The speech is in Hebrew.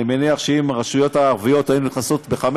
אני מניח שאם הרשויות הערביות היו נכנסות ב-5,